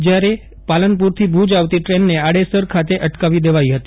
શ્ર્યારે પાલનપુરથી ભુજ આવતી દ્રેનને આડેસર ખાતે અટકાવી દેવાઈ હતી